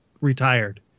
retired